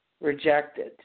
rejected